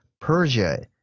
Persia